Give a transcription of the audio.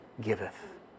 giveth